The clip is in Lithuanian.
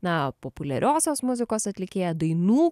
na populiariosios muzikos atlikėją dainų